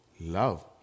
love